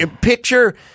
Picture